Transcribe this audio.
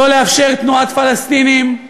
לא לאפשר תנועת פלסטינים,